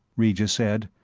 regis said,